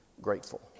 grateful